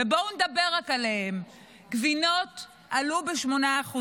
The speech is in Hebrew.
ובואו נדבר עליהם: גבינות עלו ב-8%,